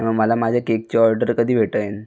मला माझ्या केकची ऑर्डर कधी भेटेल